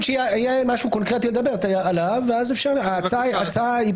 השאלה היא האם הייתה